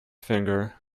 finger